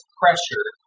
pressure